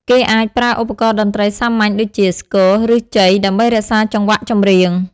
គេអាចប្រើឧបករណ៍តន្រ្តីសាមញ្ញដូចជា ស្គរ ឬ ជ័យ ដើម្បីរក្សាចង្វាក់ចម្រៀង។